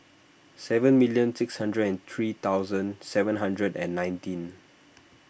seven million six hundred and three thousand seven hundred and nineteen